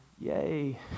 yay